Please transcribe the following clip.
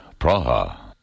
Praha